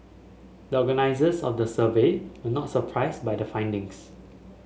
the organisers of the survey were not surprised by the findings